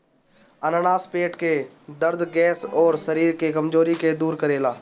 अनानास पेट के दरद, गैस, अउरी शरीर के कमज़ोरी के दूर करेला